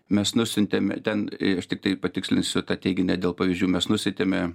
mes nusiuntėm ten aš tiktai patikslinsiu tą teiginį dėl pavyzdžių mes nusiuntėme